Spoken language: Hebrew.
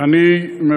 אני עוקב מקרוב אחרי זה,